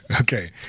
Okay